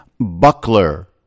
buckler